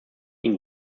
ihn